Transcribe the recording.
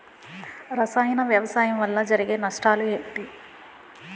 రసాయన వ్యవసాయం వల్ల జరిగే నష్టాలు ఏంటి?